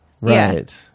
right